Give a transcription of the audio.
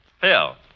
Phil